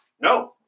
No